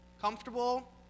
comfortable